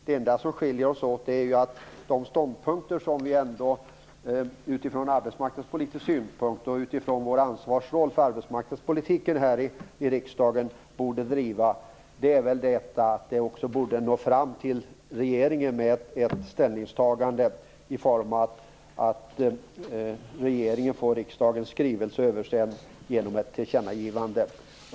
Det enda som skiljer oss åt beträffande de ståndpunkter som vi från arbetsmarknadspolitisk synpunkt och utifrån vår ansvarsroll i arbetsmarknadspolitiken här i riksdagen bör driva är väl att detta ställningstagande borde nå fram till regeringen i form av att regeringen får riksdagens skrivelse översänd till sig genom ett tillkännagivande.